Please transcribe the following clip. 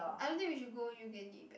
I don't think we should go yoogane back